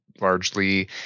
largely